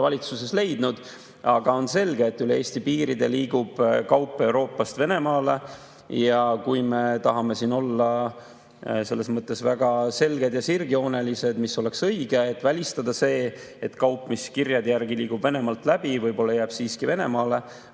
veel leidnud. Aga on selge, et üle Eesti piiride liigub kaupa Euroopast Venemaale, ja kui me tahame olla selles mõttes väga selged ja sirgjoonelised – mis oleks õige, et välistada, et kaup, mis kirjade järgi liigub Venemaalt läbi, võib-olla jääb siiski Venemaale